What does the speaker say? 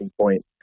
point